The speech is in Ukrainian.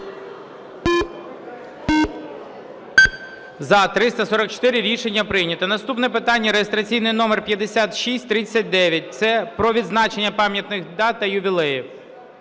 За-344 Рішення прийнято. Наступне питання - реєстраційний номер 5639, це про відзначення пам'ятних дат та ювілеїв.